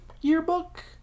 yearbook